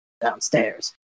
downstairs